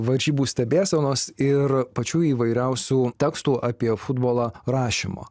varžybų stebėsenos ir pačių įvairiausių tekstų apie futbolą rašymą